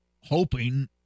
hoping